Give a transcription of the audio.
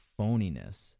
phoniness